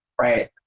Right